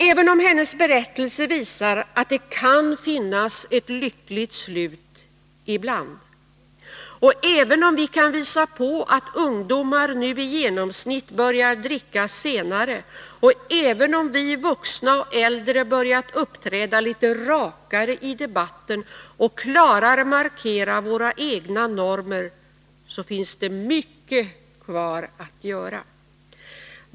Även om hennes berättelse visar att det kan finnas ett lyckligt slut — ibland —, även om vi kan visa på att ungdomar nu i genomsnitt börjar dricka senare och även om vi vuxna och äldre börjat uppträda lite rakare i debatten och klarare markerar våra egna normer, så finns det mycket kvar att göra.